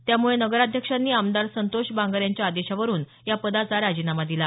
त्यामुळे नगराध्यक्षांनी आमदार संतोष बांगर यांच्या आदेशावरुन पदाचा राजीनामा दिला